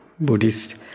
Buddhist